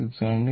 6 ആണ്